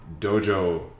Dojo